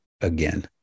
again